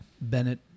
Bennett